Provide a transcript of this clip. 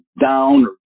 down